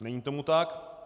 Není tomu tak.